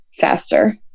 faster